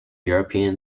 european